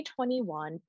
2021